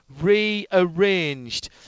rearranged